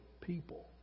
people